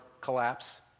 collapse